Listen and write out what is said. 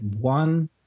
one